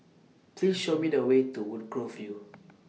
Please Show Me The Way to Woodgrove View